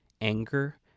anger